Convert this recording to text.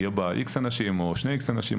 יהיה בה X אנשים או שני X אנשים,